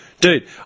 Dude